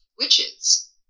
witches